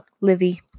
Livy